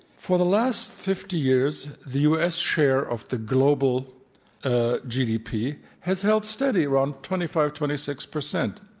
for the last fifty years, the u. s. share of the global ah gdp has held steady, around twenty five, twenty six percent.